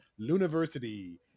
Luniversity